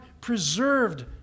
preserved